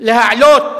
להעלות